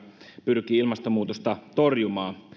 pyrkii ilmastonmuutosta torjumaan